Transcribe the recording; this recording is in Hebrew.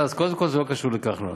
קודם כול, זה לא קשור לכחלון.